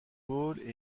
football